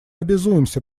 обязуемся